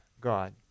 God